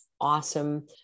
awesome